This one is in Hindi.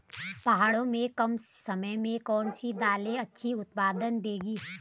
पहाड़ों में कम समय में कौन सी दालें अच्छा उत्पादन देंगी?